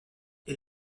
est